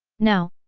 now,